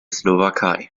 slowakei